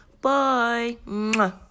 Bye